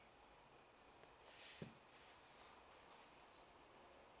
food